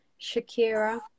Shakira